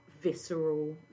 visceral